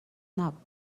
نبود